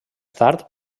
tard